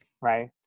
right